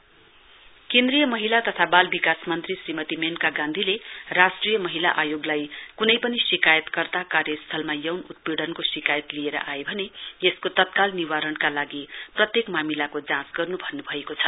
union minister Maneka Gandhi केन्द्रीय महिला तथा वाल विकास मन्त्री श्रीमती मेनका गान्धीले राष्ट्रिय महिला आयोगलाई कुनै पनि शिकायत कर्ता कार्यस्थलमा यौन उत्पीइनको शिकायत लिएर आए भने यसको तत्काल निवारणका लागि प्रत्येक मामिलाको जाँच गर्न् भन्न्भएको छ